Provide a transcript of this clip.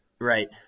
Right